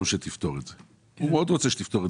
שתפתור את זה היום.